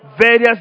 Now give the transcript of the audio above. various